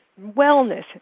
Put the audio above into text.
wellness